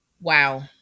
Wow